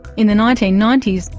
in the nineteen ninety s,